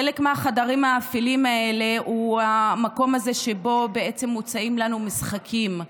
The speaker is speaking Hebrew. חלק מהחדרים האפלים האלה הם במקום הזה שבו מוצעים לנו משחקים,